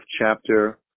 Chapter